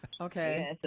Okay